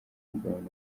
mugabane